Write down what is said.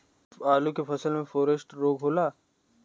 आलू के फसल मे फारेस्ट रोग होला?